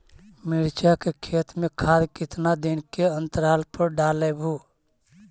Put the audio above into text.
मिरचा के खेत मे खाद कितना दीन के अनतराल पर डालेबु?